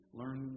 learn